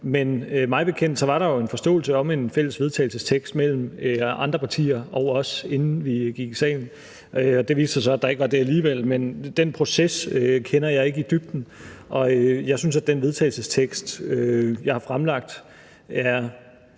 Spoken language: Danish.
men mig bekendt var der jo en forståelse mellem andre partier og os om en fælles vedtagelsestekst, inden vi gik i salen. Det viste sig så, at der ikke var det alligevel, men den proces kender jeg ikke i dybden. Jeg synes, at den vedtagelsestekst, jeg har fremlagt, er